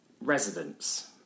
residents